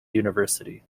university